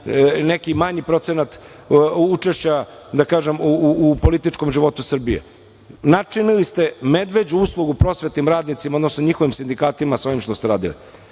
neki manji procenat učešća u političkom životu Srbije. Načinili ste medveđu uslugu prosvetnim radnicima, odnosno njihovim sindikatima sa ovim što ste radili. Sve